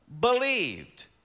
believed